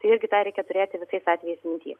irgi tą reikia turėti visais atvejais minty